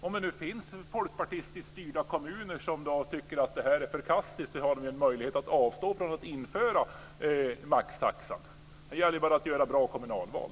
Om det nu finns folkpartistiskt styrda kommuner som tycker att det här är förkastligt har de ju en möjlighet att avstå från att införa maxtaxan. Det gäller bara att göra ett bra kommunalval.